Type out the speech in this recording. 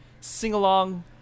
sing-along